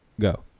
Go